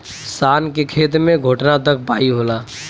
शान के खेत मे घोटना तक पाई होला